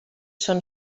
són